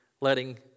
letting